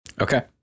Okay